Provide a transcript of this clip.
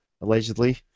allegedly